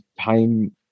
time